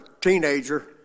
teenager